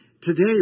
Today